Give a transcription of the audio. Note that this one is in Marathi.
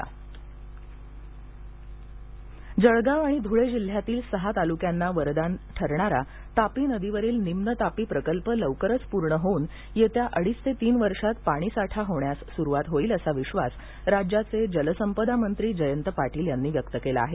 पाटील जळगाव आणि ध्ळे जिल्ह्यातील सहा तालुक्यांना वरदान ठरणारा तापी नदीवरील निम्न तापी प्रकल्प लवकरच पूर्ण होऊन येत्या अडीच तीन वर्षात पाणीसाठा होण्यास स्रुवात होईल असा विश्वास राज्याचे जलसंपदा मंत्री जयंत पाटील यांनी व्यक्त केला आहे